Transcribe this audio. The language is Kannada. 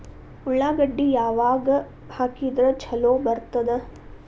ಉಳ್ಳಾಗಡ್ಡಿ ಯಾವಾಗ ಹಾಕಿದ್ರ ಛಲೋ ಬರ್ತದ?